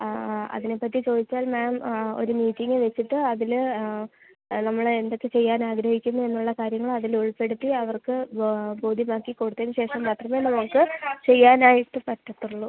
അതിനെപ്പറ്റി ചോദിച്ചാൽ മാം ഒരു മീറ്റിങ്ങ് വെച്ചിട്ട് അതിൽ നമ്മളെന്തൊക്കെ ചെയ്യാനാഗ്രഹിക്കുന്നു എന്നുള്ള കാര്യങ്ങൾ അതിലുൾപ്പെടുത്തി അവർക്ക് ബോധ്യമാക്കി കൊടുത്തതിന് ശേഷം മാത്രമേ നമുക്ക് ചെയ്യാനായിട്ട് പറ്റത്തുള്ളൂ